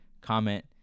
comment